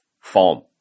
form